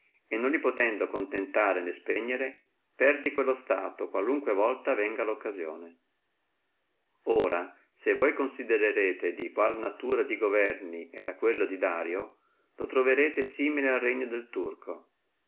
e non li potendo né contentare né spegnere perdi quello stato qualunque volta venga la occasione ora se voi considerrete di qual natura di governi era quello di dario lo troverrete simile al regno del turco